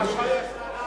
(קוראת בשמות חברי הכנסת)